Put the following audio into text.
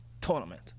tournament